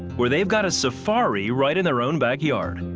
where they've got a safari right in their own backyard.